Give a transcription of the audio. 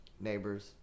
neighbors